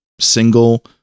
single